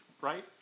right